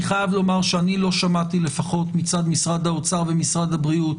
אני חייב לומר שאני לפחות לא שמעתי מצד משרד האוצר ומשרד הבריאות